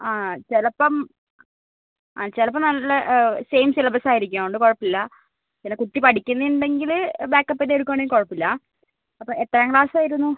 ആ ചിലപ്പം ആ ചിലപ്പം നല്ല സെയിം സിലബസ് ആയിരിക്കും അതുകൊണ്ട് കുഴപ്പമില്ല പിന്നെ കുട്ടി പഠിക്കുന്നുണ്ടെങ്കിൽ ബാക്കപ്പ് ചെയ്ത് എടുക്കുകയാണെങ്കിൽ കുഴപ്പം ഇല്ല അപ്പം എത്രാം ക്ലാസ് ആയിരുന്നു